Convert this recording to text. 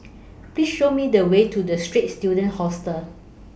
Please Show Me The Way to The Straits Students Hostel